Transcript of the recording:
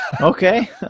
Okay